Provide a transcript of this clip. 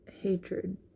hatred